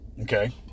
Okay